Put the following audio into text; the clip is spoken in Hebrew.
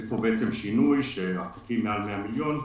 יש פה שינוי שעסקים מעל 100 מיליון,